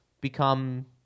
become